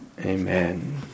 Amen